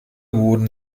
wurden